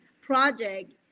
project